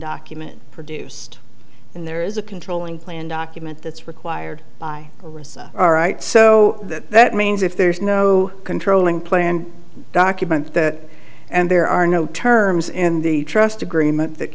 documents produced and there is a controlling plan document that's required by all right so that that means if there's no controlling planned document that and there are no terms in the trust agreement that